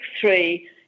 three